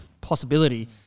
possibility